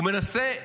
הוא מנסה,